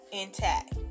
intact